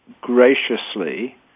graciously